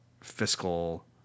fiscal